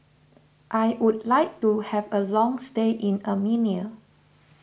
I would like to have a long stay in Armenia